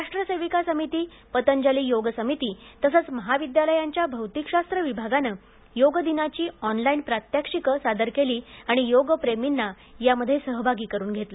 राष्ट्र सेविका समिती पतंजली योग समिती तसंच महाविद्यालयांच्या भौतिकशास्त्र विभागानं योग दिनाची ऑनलाइन प्रात्यक्षिकं सादर केली आणि योग प्रेमींना त्यामध्ये सहभागी करून घेतलं